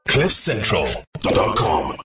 Cliffcentral.com